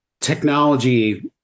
technology